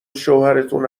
شوهرتون